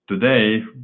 today